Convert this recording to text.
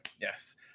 yes